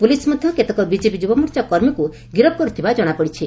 police ମଧ କେତେକ BJP Yuva Morcha କର୍ମୀଙ୍କୁ ଗିରଫ କରିଥିବା ଜଣାପଡ଼ିଛି